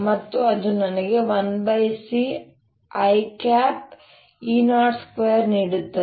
ಮತ್ತು ಅದು ನನಗೆ 1C i E0 2 ನೀಡುತ್ತದೆ